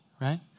right